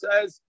says